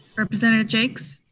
representative jaques?